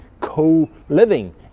co-living